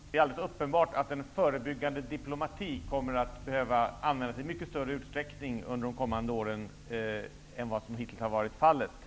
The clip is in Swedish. Fru talman! Det är alldeles uppenbart att en förebyggande diplomati kommer att användas i mycket större utsträckning under de kommande åren än vad som hittills har varit fallet.